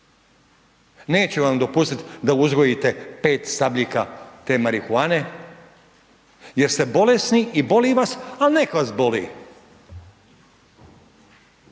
Neću vam dopustiti da uzgojite 5 stabljika marihuane, jer ste bolesni i boli vas, ali nek vas boli.